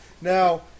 Now